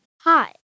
Hi